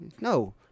no